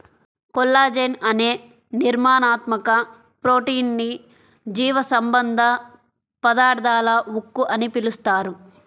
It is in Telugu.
కొల్లాజెన్ అనే నిర్మాణాత్మక ప్రోటీన్ ని జీవసంబంధ పదార్థాల ఉక్కు అని పిలుస్తారు